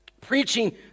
preaching